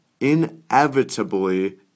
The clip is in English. inevitably